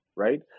right